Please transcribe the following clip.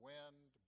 Wind